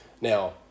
Now